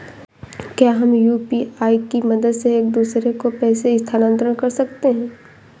क्या हम यू.पी.आई की मदद से एक दूसरे को पैसे स्थानांतरण कर सकते हैं?